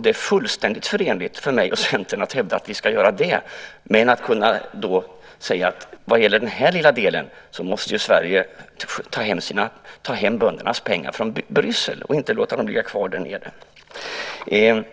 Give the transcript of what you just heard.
Det är fullständigt förenligt för mig och Centern att hävda att vi ska göra det, men vad gäller den här lilla delen måste Sverige ta hem böndernas pengar från Bryssel och inte låta dem ligga kvar därnere.